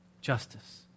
justice